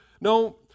No